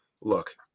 Look